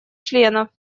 членов